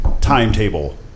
timetable